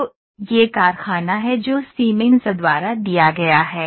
तो यह कारखाना है जो सीमेंस द्वारा दिया गया है